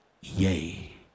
yay